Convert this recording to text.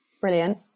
Brilliant